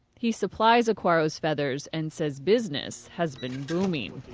he supplies aquaro's feathers and says business has been booming.